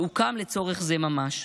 שהוקם לצורך זה ממש,